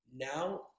Now